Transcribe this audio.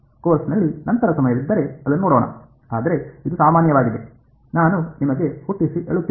ಕೋರ್ಸ್ನಲ್ಲಿ ನಂತರ ಸಮಯವಿದ್ದರೆ ಅದನ್ನು ನೋಡೋಣ ಆದರೆ ಇದು ಸಾಮಾನ್ಯವಾಗಿದೆ ನಾನು ನಿಮಗೆ ಹುಟ್ಟಿಸಿ ಹೇಳುತ್ತಿಲ್ಲ